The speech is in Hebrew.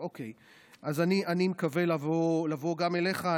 אני מקווה לבוא גם אליך,